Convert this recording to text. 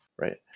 right